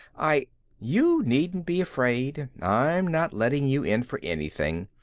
i you needn't be afraid. i'm not letting you in for anything.